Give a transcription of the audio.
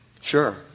Sure